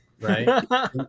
Right